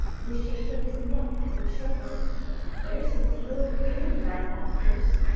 the shape of his neck and shoulder there's a deal of breeding about that horse.